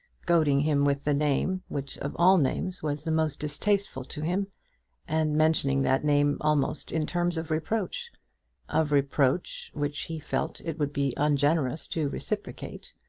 goading him with the name, which of all names was the most distasteful to him and mentioning that name almost in terms of reproach of reproach which he felt it would be ungenerous to reciprocate,